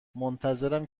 منتظرم